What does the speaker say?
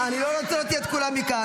אני לא רוצה להוציא את כולם מכאן.